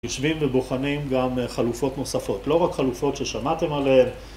יושבים ובוחנים גם חלופות נוספות, לא רק חלופות ששמעתם עליהן.